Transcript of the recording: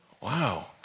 wow